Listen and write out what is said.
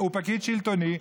הוא פקיד שלטוני,